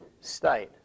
state